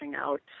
out